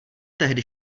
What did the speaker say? tehdy